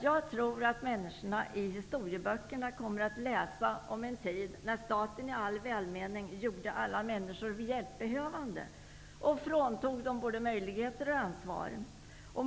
Jag tror att människorna i historieböckerna kommer att läsa om en tid när staten i all välmening gjorde alla människor hjälpbehövande och fråntog dem både möjligheter och ansvar.